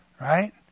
right